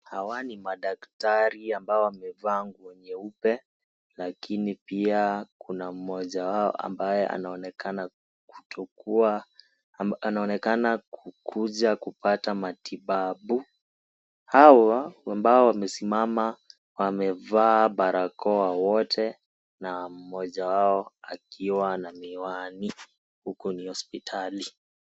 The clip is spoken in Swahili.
Hawa ni madaktari ambao wamevaa nguo nyeupe lakini Pia kuna mmoja wao ambaye anaonekana kukuja na kupata matibabu. Hawa ambao wamesimama wamevaa barakoa wote na mmoja wao akiwa na miwani huku ni hospitali.